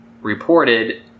reported